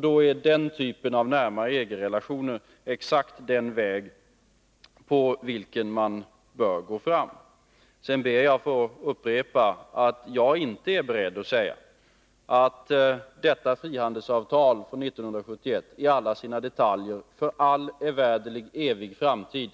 Då är den typen av närmare EG-relationer exakt den väg man bör gå fram på. Sedan ber jag att få upprepa att jag inte är beredd att säga att frihandelsavtalet från 1971 i alla sina detaljer för evärdlig tid